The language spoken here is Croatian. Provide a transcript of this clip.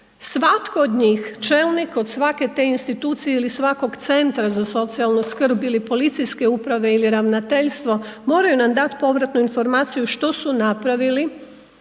svatko od njih, čelnik od svake te institucije ili svakog CZSS-a ili policijske uprave ili ravnateljstvo, moraju nam dat povratnu informaciju što su napravili